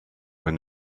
when